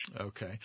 Okay